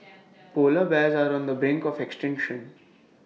Polar Bears are on the brink of extinction